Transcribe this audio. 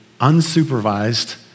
unsupervised